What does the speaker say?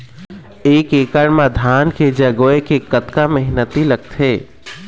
एक एकड़ म धान के जगोए के कतका मेहनती लगथे?